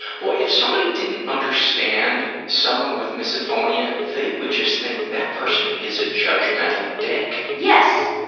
well, if somebody didn't understand someone with misophonia, they would just think, that person is a judgmental dick. yes.